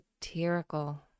satirical